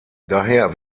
daher